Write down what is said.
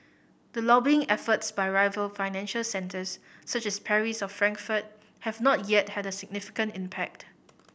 the lobbying efforts by rival financial centres such as Paris or Frankfurt have not yet had a significant impact